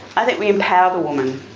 i think we empower the woman.